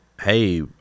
hey